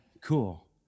Cool